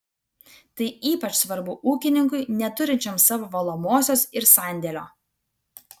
tai ypač svarbu ūkininkui neturinčiam savo valomosios ir sandėlio